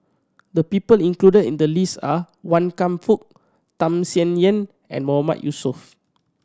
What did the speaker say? the people included in the list are Wan Kam Fook Tham Sien Yen and Mahmood Yusof